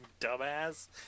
dumbass